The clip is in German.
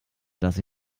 dass